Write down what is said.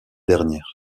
dernière